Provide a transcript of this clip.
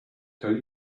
tell